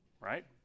right